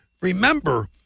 remember